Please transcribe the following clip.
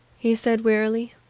he said wearily.